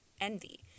envy